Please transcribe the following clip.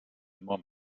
immer